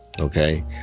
okay